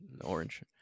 Orange